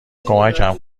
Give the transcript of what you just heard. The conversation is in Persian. کمکم